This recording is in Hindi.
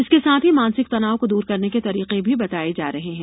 इसके साथ ही मानसिक तनाव को दूर करने के तरीके भी बताए जा रहे हैं